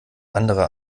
andere